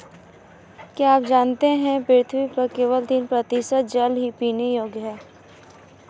क्या आप जानते है पृथ्वी पर केवल तीन प्रतिशत जल ही पीने योग्य है?